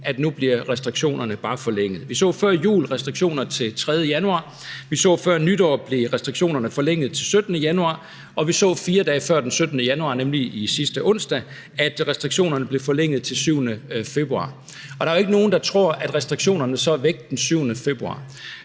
at nu bliver restriktionerne bare forlænget. Vi så før jul, at der var restriktioner til den 3. januar. Vi så før nytår, at restriktionerne blev forlænget til den 17. januar. Og vi så 4 dage før den 17. januar, nemlig sidste onsdag, at restriktionerne blev forlænget til den 7. februar. Og der er jo ikke nogen, der tror, at restriktionerne så er væk den 7. februar.